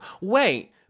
Wait